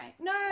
No